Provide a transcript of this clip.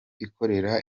ikorera